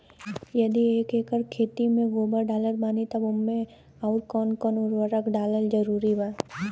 यदि एक एकर खेत मे गोबर डालत बानी तब ओमे आउर् कौन कौन उर्वरक डालल जरूरी बा?